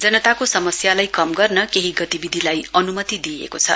जनताको समस्यालाई कम गर्न केही अन्य गतिविधिलाई अनुमति दिइएको छ